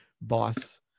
boss